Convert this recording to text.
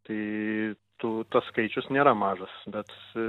tai tu tas skaičius nėra mažas bet